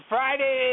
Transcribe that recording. Friday